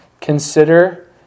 consider